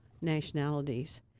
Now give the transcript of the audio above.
nationalities